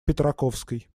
петраковской